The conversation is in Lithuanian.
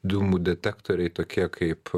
dūmų detektoriai tokie kaip